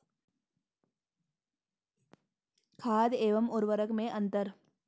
खाद एवं उर्वरक में अंतर?